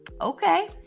Okay